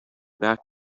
back